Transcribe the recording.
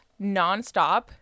nonstop